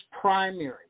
primary